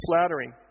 flattering